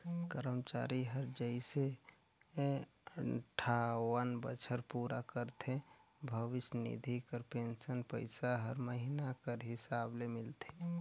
करमचारी हर जइसे अंठावन बछर पूरा करथे भविस निधि कर पेंसन पइसा हर महिना कर हिसाब ले मिलथे